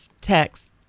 text